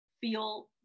feel